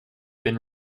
been